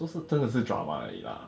都是真的是 drama 而已 lah